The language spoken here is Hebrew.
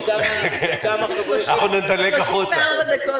נגד, רוב הסתייגות